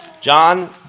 John